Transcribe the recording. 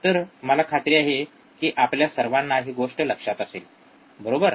तर मला खात्री आहे की आपल्या सर्वांना ही गोष्ट लक्षात असेल बरोबर